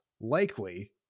Likely